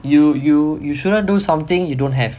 you you you shouldn't do something you don't have